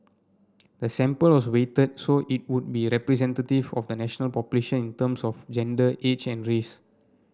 the sample was weighted so it would be representative of the national population in terms of gender age and race